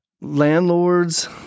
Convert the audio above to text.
landlords